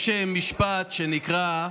יש משפט שנקרא,